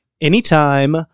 Anytime